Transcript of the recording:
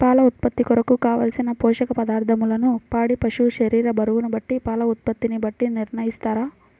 పాల ఉత్పత్తి కొరకు, కావలసిన పోషక పదార్ధములను పాడి పశువు శరీర బరువును బట్టి పాల ఉత్పత్తిని బట్టి నిర్ణయిస్తారా?